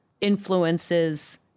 influences